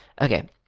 Okay